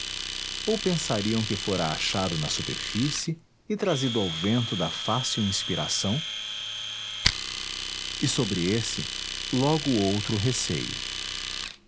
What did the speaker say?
ou pensariam que fora achado na superfície e trazido ao vento da fácil inspiração e sobre esse logo outro receio